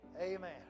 Amen